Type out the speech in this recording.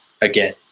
again